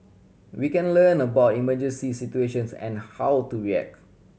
we can learn about emergency situations and how to react